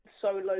solo